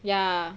ya